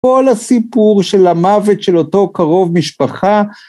כל הסיפור של המוות של אותו קרוב משפחה